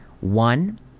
one